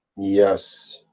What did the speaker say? yes.